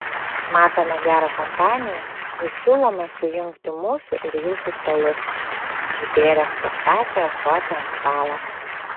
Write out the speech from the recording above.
matome gerą kompaniją ir siūlome sujungti mūsų ir jūsų stalus išbėręs pastatė ąsotį ant stalo